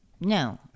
No